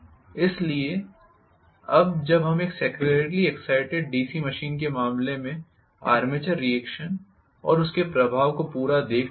इसलिए अब जब हम एक सेपरेट्ली एग्ज़ाइटेड डीसी जनरेटर के मामले में आर्मेचर रीएक्शन और उसके प्रभाव को पूरा देख चुके हैं